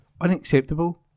unacceptable